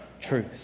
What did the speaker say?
Truth